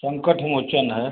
संकठ मोचन हैं